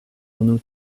unu